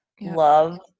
love